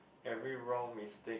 every wrong mistake